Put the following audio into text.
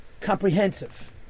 comprehensive